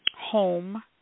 home